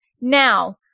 Now